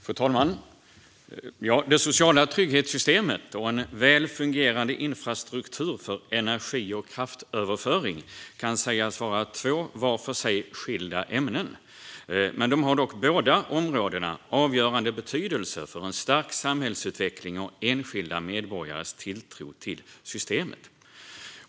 Fru talman! Det sociala trygghetssystemet och en väl fungerande infrastruktur för energi och kraftöverföring kan sägas vara två vart för sig skilda ämnen. Båda dessa områden har dock avgörande betydelse för en stark samhällsutveckling och för enskilda medborgares tilltro till systemet.